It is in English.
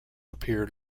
appeared